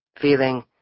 feeling